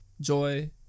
Joy